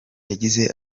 yagize